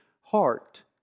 heart